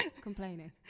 complaining